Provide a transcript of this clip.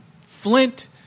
Flint